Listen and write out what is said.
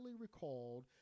recalled